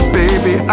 baby